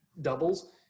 doubles